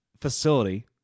facility